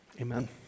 Amen